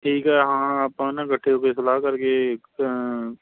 ਠੀਕ ਆ ਹਾਂ ਆਪਾਂ ਨਾ ਇਕੱਠੇ ਹੋ ਕੇ ਸਲਾਹ ਕਰਕੇ